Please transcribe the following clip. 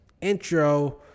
Intro